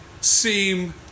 seem